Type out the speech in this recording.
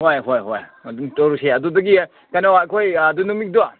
ꯍꯣꯏ ꯍꯣꯏ ꯍꯣꯏ ꯑꯗꯨꯝ ꯇꯧꯔꯁꯦ ꯑꯗꯨꯗꯒꯤ ꯀꯩꯅꯣ ꯑꯩꯈꯣꯏ ꯑꯗꯨ ꯅꯨꯃꯤꯠꯇꯣ